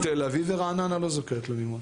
תל אביב ורעננה לא זכאיות למימון.